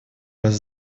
раз